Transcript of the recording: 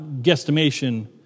guesstimation